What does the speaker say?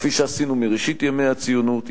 כפי שעשינו מראשית ימי הציונות,